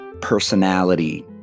personality